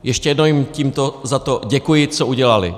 Ještě jednom jím tímto za to děkuji, co udělali.